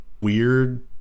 weird